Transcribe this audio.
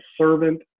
servant